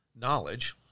knowledge